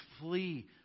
flee